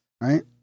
Right